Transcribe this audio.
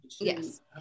Yes